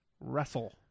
wrestle